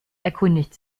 erkundigt